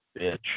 bitch